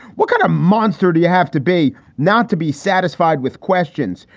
what kind of monster do you have to be? not to be satisfied with questions,